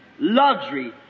Luxury